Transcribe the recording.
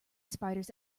spiders